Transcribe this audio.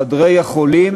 חדרי החולים,